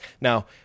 now